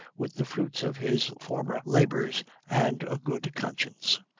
with the fruits of his former labors and a good conscience.